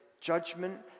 Judgment